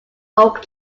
oak